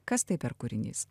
kas tai per kūrinys